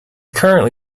currently